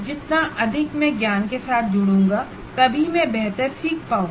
जितना अधिक मैं ज्ञान के साथ जुड़ूंगा तभी मैं बेहतर सीख पाऊंगा